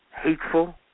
hateful